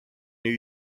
new